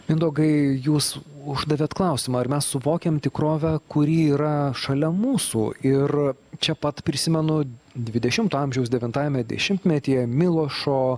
mindaugai jūs uždavėt klausimą ar mes suvokiam tikrovę kuri yra šalia mūsų ir čia pat prisimenu dvidešimto amžiaus devintajame dešimtmetyje milošo